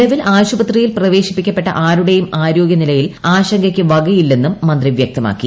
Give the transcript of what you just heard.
നിലവിൽ ആശുപത്രിയിൽ പ്രവേശിപ്പിക്കപ്പെട്ട ആരുടേയും ആരോഗൃനിലയിൽ ആശങ്കയ്ക്ക് വകയില്ലെന്നും മന്ത്രി വൃക്തമാക്കി